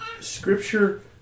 Scripture